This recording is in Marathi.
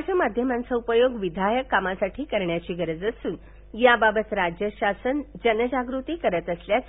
समाज माध्यमांचा उपयोग विधायक कामांसाठी करण्याची गरज असून याबाबत राज्य शासन जनजागृती करत असल्याच